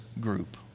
group